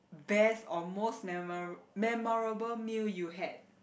best or most memora~ memorable meal you had